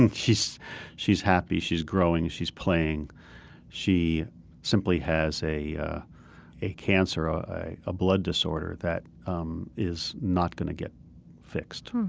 and she's she's happy, she's growing, she's playing she simply has a ah a cancer, a blood disorder, that um is not going to get fixed.